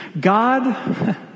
God